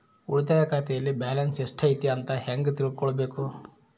ಉಳಿತಾಯ ಖಾತೆಯಲ್ಲಿ ಬ್ಯಾಲೆನ್ಸ್ ಎಷ್ಟೈತಿ ಅಂತ ಹೆಂಗ ತಿಳ್ಕೊಬೇಕು?